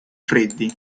freddi